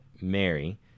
Mary